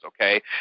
okay